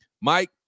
Mike